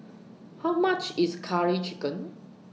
How much IS Curry Chicken